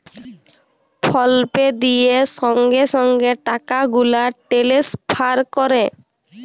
ফল pay দিঁয়ে সঙ্গে সঙ্গে টাকা গুলা টেলেসফার ক্যরে